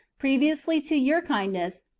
previously to your kindness,